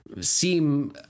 seem